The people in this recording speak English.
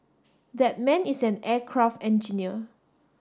that man is an aircraft engineer